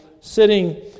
sitting